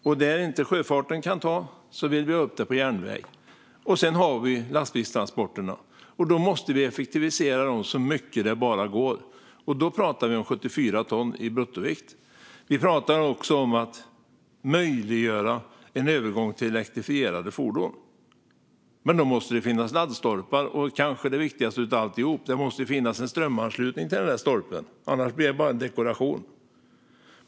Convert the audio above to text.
Och där inte sjöfarten kan ta transporterna vill vi ha upp dem på järnväg. Sedan finns lastbilstransporterna, och dem måste vi effektivisera så mycket det bara går. Då talar vi om 74 tons bruttovikt. Vi talar också om att möjliggöra en övergång till elektrifierade fordon. Men då måste det finnas laddstolpar, och det viktigaste av allt är att det finns strömanslutning till stolparna, för annars blir de bara dekorationer.